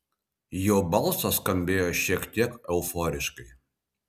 jo balsas skambėjo šiek tiek euforiškai